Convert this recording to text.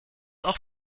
auch